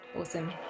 awesome